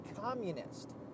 communist